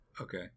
Okay